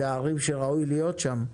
אלה ערים שראוי להיות שם,